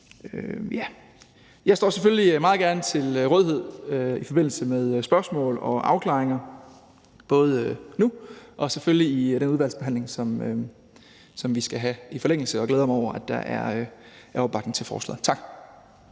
Jeg står selvfølgelig meget gerne til rådighed i forbindelse med spørgsmål og afklaringer, både nu og selvfølgelig i den udvalgsbehandling, som vi skal have i forlængelse af det her, og jeg glæder mig over, at der er opbakning til forslaget. Tak.